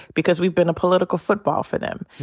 because we've been a political football for them.